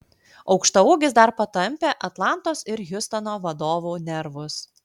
aukštaūgis dar patampė atlantos ir hjustono vadovų nervus